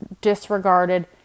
disregarded